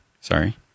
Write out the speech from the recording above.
sorry